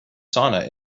sauna